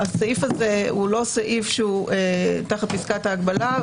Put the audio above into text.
הסעיף הזה הוא לא סעיף שתחת פסקת ההגבלה,